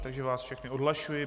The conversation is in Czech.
Takže vás všechny odhlašuji.